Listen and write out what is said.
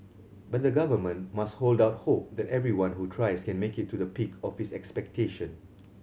but the Government must hold out hope that everyone who tries can make it to the peak of his expectation